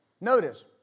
Notice